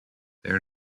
there